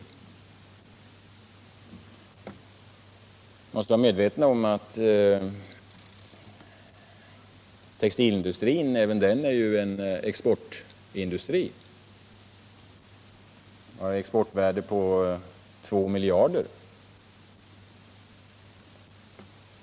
Vi måste vara medvetna om att även textilindustrin är en exportindustri den har ett exportvärde på 2 miljarder.